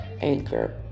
Anchor